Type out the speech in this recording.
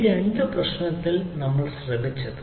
ഈ 2 പ്രശ്നത്തിൽ നമ്മൾ ശ്രമിച്ചത്